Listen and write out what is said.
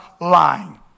lying